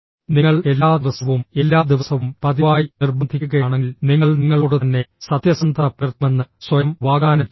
നിങ്ങൾ എല്ലാ ദിവസവും എല്ലാ ദിവസവും പതിവായി നിർബന്ധിക്കുകയാണെങ്കിൽ നിങ്ങൾ നിങ്ങളോട് തന്നെ സത്യസന്ധത പുലർത്തുമെന്ന് സ്വയം വാഗ്ദാനം ചെയ്യുക